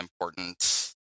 important